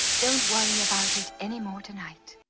don't worry about it any more tonight.